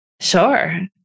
Sure